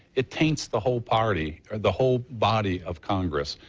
it taints the whole party or the whole body of congress,